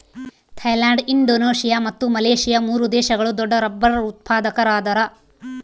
Thailand Indonesia ಮತ್ತು Malaysia ಮೂರು ದೇಶಗಳು ದೊಡ್ಡರಬ್ಬರ್ ಉತ್ಪಾದಕರದಾರ